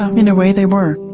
um in a way they were.